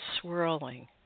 swirling